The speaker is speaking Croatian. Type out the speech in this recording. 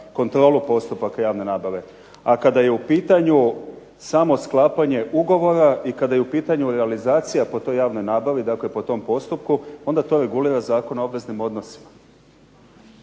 kontrolu postupaka javne nabave. A kada je u pitanju samo sklapanje ugovora i kada je u pitanju realizacija po toj javnoj nabavi, dakle po tom postupku onda to regulira Zakon o obveznim odnosima.